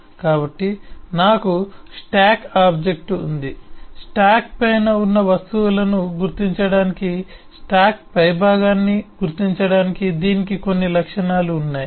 కాబట్టి నాకు stack object ఉంది స్టాక్ పైన ఉన్న వస్తువులను గుర్తించడానికి స్టాక్ పైభాగాన్ని గుర్తించడానికి దీనికి కొన్ని లక్షణాలు ఉన్నాయి